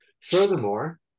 Furthermore